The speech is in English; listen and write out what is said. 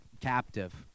captive